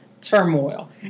turmoil